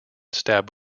stab